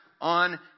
on